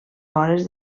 vores